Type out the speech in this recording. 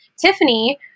Tiffany